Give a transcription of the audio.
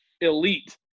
elite